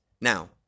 Now